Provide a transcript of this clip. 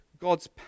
God's